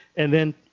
and then,